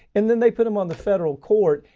and then they put them on the federal court,